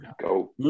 Go